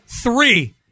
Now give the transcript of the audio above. Three